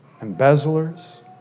embezzlers